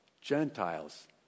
Gentiles